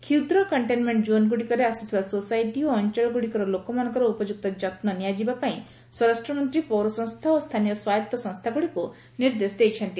କ୍ଷୁଦ୍ର କ୍ଷେନମେଣ୍ଟ ଜୋନ୍ଗୁଡ଼ିକରେ ଆସୁଥିବା ସୋସାଇଟି ଓ ଅଞ୍ଚଳଗୁଡ଼ିକର ଲୋକମାନଙ୍କର ଉପଯୁକ୍ତ ଯତ୍ନ ନିଆଯିବା ପାଇଁ ସ୍ୱରାଷ୍ଟ୍ରମନ୍ତ୍ରୀ ପୌରସଂସ୍ଥା ଓ ସ୍ଥାନୀୟ ସ୍ୱାୟତ୍ତ ସଂସ୍ଥାଗୁଡ଼ିକୁ ନିର୍ଦ୍ଦେଶ ଦେଇଛନ୍ତି